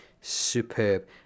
superb